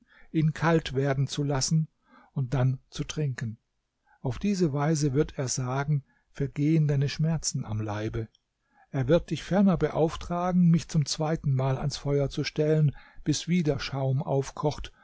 ihn kalt werden zu lassen und dann zu trinken auf diese weise wird er sagen vergehen deine schmerzen am leibe er wird dich ferner beauftragen mich zum zweiten mal ans feuer zu stellen bis wieder schaum aufkocht